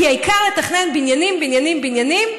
כי העיקר לתכנן בניינים בניינים בניינים,